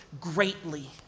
greatly